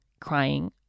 crying